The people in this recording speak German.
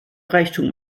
reichtum